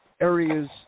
areas